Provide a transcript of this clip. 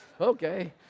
okay